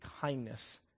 kindness